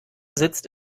sitzt